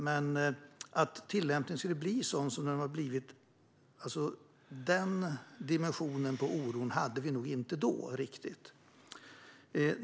Men att tillämpningen skulle bli så som den har blivit var en dimension av oron som vi inte riktigt hade då.